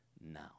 now